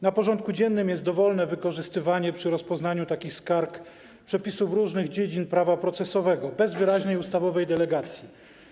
Na porządku dziennym jest dowolne wykorzystywanie przy rozpoznawaniu takich skarg przepisów z różnych dziedzin prawa procesowego bez wyraźniej ustawowej delegacji.